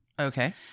Okay